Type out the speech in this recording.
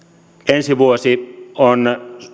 ensi vuosi on